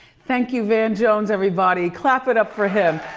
thank you, van jones everybody. clap it up for him.